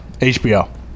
HBO